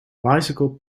bicycle